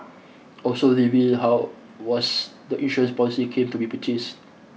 also revealed how was the insurance policies came to be purchased